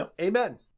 Amen